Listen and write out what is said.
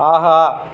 ஆஹா